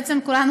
בעצם כולנו,